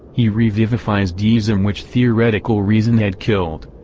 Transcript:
he revivifies deism which theoretical reason had killed.